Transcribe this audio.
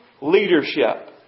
leadership